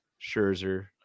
Scherzer